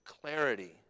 clarity